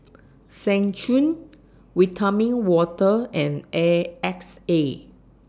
Seng Choon Vitamin Water and A X A